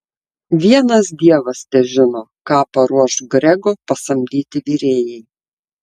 vienas dievas težino ką paruoš grego pasamdyti virėjai